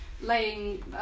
laying